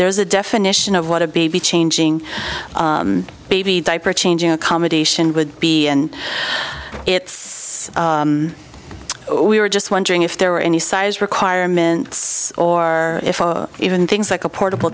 there's a definition of what a baby changing baby diaper changing accommodation would be and it's we were just wondering if there were any size requirements or even things like a portable